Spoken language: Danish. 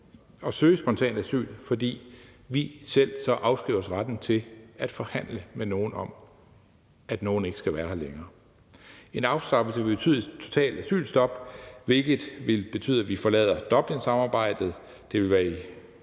at søge spontant asyl til, fordi vi så selv afskriver os retten til at forhandle med nogen om, at nogen ikke skal være her længere. En afskaffelse vil betyde et totalt asylstop, hvilket vil betyde, at vi forlader Dublinsamarbejdet. Det vil være i